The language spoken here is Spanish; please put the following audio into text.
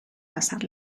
pasar